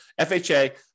FHA